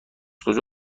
کجا